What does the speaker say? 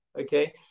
okay